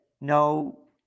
no